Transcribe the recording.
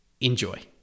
enjoy